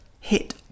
hit